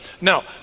now